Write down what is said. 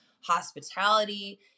hospitality